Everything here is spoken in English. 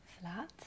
flat